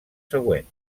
següents